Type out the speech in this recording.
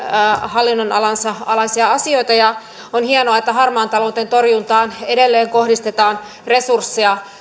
hallinnonalansa alaisia asioita ja on hienoa että harmaan talouden torjuntaan edelleen kohdistetaan resursseja